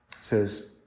says